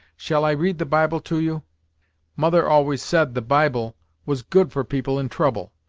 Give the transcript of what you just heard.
shall i read the bible to you mother always said the bible was good for people in trouble.